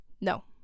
no